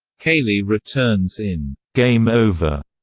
kaylie returns in game over,